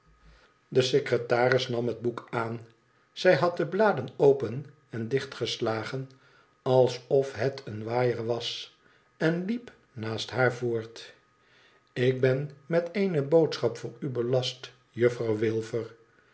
de secretaris nam het boek aan zij had de bladen open en dichtgeslagen alsof het een waaier was en liep naast haar voort ik ben met eene boodschap voor u belast juffrouw